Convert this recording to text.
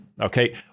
Okay